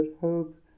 hope